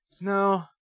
no